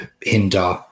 hinder